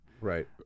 Right